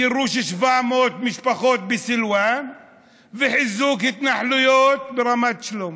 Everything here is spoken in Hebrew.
גירוש 700 משפחות בסילוואן וחיזוק התנחלויות ברמת שלמה,